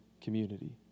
community